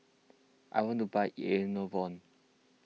I want to buy Enervon